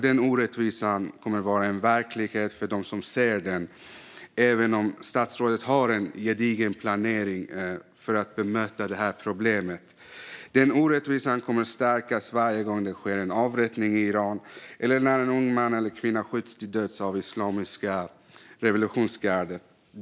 Denna orättvisa kommer att vara en verklighet för dem som ser den även om statsrådet har en gedigen planering för att bemöta det här problemet. Denna orättvisa kommer att stärkas varje gång det sker en avrättning i Iran eller när en ung man eller kvinna skjuts till döds av Islamiska revolutionsgardet.